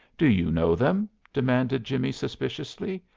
do you know them? demanded jimmie suspiciously.